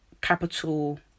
capital